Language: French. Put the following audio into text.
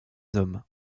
hommes